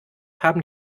haben